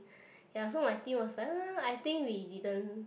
ya so my team was like no no no I think we didn't